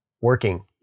working